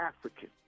African